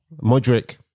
Modric